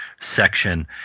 section